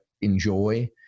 enjoy